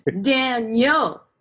Daniel